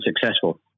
successful